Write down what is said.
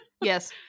Yes